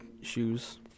shoes